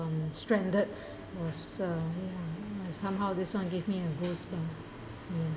um stranded was um somehow this one give me a goosebumps mm